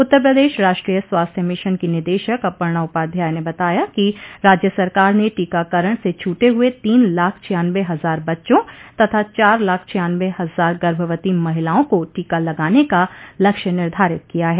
उत्तर प्रदेश राष्ट्रीय स्वास्थ्य मिशन की निदेशक अपर्णा उपाध्याय ने बताया कि राज्य सरकार ने टीकाकरण से छूटे हुए तीन लाख छियान्नबे हजार बच्चों तथा चार लाख छियान्नबे हजार गर्भवती महिलाओं को टीका लगाने का लक्ष्य निर्धारित किया है